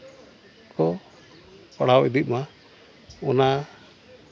ᱠᱚ ᱯᱟᱲᱦᱟᱣ ᱤᱫᱤᱜ ᱢᱟ ᱚᱱᱟ